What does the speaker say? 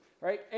right